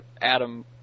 Adam